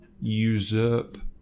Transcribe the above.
usurp